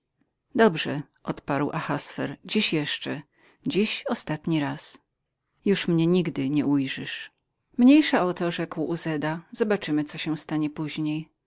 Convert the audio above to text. dobrze odparł ahaswer dziś jeszcze dziś ostatni raz już mnie nigdy nie ujrzysz mniejsza o to rzekł uzeda zobaczemy co się stanie później